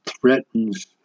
threatens